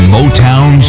Motown